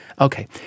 Okay